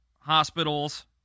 hospitals